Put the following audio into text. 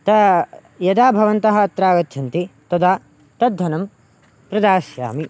त यदा भवन्तः अत्र आगच्छन्ति तदा तद्धनं प्रदास्यामि